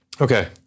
Okay